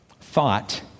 thought